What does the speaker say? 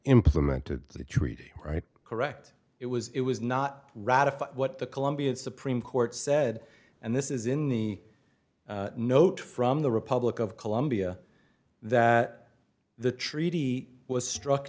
implement to the treaty right correct it was it was not ratified what the colombian supreme court said and this is in the note from the republic of columbia that the treaty was struck